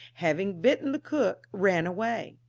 having bitten the cook, ran away.